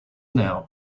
now